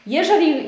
Jeżeli